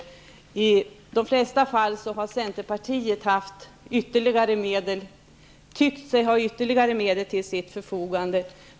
I de flesta fall har centern tyckt sig ha haft ytterligare medel till sitt förfogande.